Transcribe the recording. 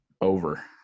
Over